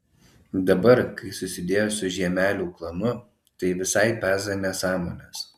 dabar kai susidėjo su žiemelių klanu tai visai peza nesąmones